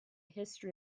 history